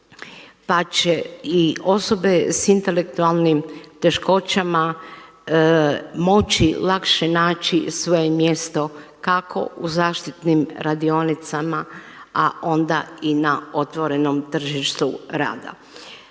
pa će i osobe sa intelektualnim teškoćama moći lakše naći svoje mjesto kako u zaštitnim radionicama, a onda i na otvorenom tržištu rada.